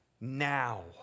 Now